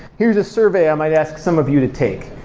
here's a survey i might ask some of you to take,